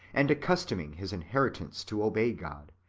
and accustoming his inheritance to obey god,